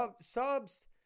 Subs